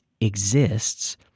exists